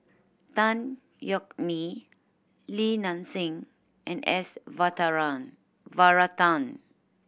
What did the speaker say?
Tan Yeok Nee Li Nanxing and S Varathan